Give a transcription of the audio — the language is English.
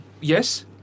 yes